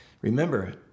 Remember